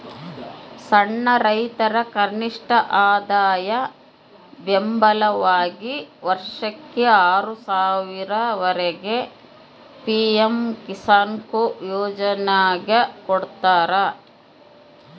ಸಣ್ಣ ರೈತರ ಕನಿಷ್ಠಆದಾಯ ಬೆಂಬಲವಾಗಿ ವರ್ಷಕ್ಕೆ ಆರು ಸಾವಿರ ವರೆಗೆ ಪಿ ಎಂ ಕಿಸಾನ್ಕೊ ಯೋಜನ್ಯಾಗ ಕೊಡ್ತಾರ